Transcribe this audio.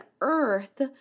earth